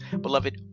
Beloved